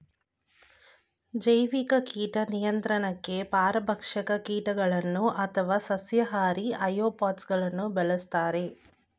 ಜೈವಿಕ ಕೀಟ ನಿಯಂತ್ರಣಗೆ ಪರಭಕ್ಷಕ ಕೀಟಗಳನ್ನು ಅಥವಾ ಸಸ್ಯಾಹಾರಿ ಆಥ್ರೋಪಾಡ್ಸ ಗಳನ್ನು ಬಳ್ಸತ್ತರೆ